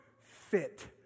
fit